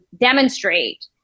demonstrate